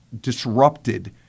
disrupted